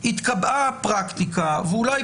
מטבע הדברים קשה מאוד להסדיר בחוק את הפרקטיקה של איסור צילום,